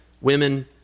women